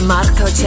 Marco